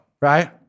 right